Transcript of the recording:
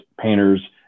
painters